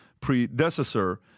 predecessor